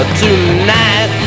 tonight